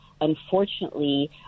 unfortunately